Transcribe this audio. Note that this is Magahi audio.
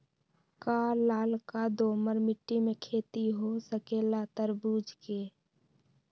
का लालका दोमर मिट्टी में खेती हो सकेला तरबूज के?